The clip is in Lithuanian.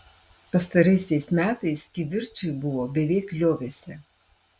pastaraisiais metais kivirčai buvo beveik liovęsi